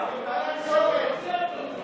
מותר לנו לצחוק?